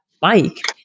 bike